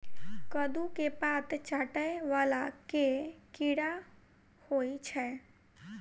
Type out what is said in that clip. कद्दू केँ पात चाटय वला केँ कीड़ा होइ छै?